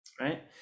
right